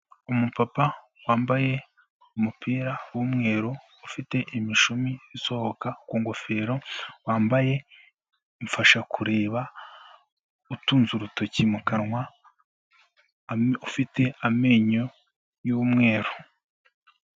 Umupapa wambaye umupira w'umweru, ufite imishumi isohoka ku ngofero, wambaye imfasha kureba, utunze urutoki mu kanwa, ufite amenyo y'umweru.